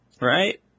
Right